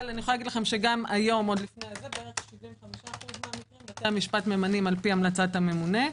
אבל גם היום בכ-75% מקרים בתי המשפט ממנים לפי המלצת הממונה.